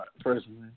personally